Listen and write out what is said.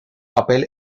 papel